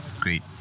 Great